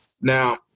Now